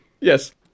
Yes